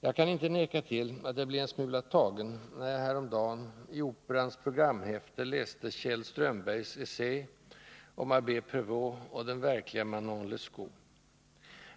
Jag kan inte neka till att jag blev en smula tagen när jag häromdagen i Operans programhäfte läste Kjell Strömbergs essä Abbé Prevost och den verkliga Manon Lescaut.